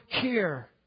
care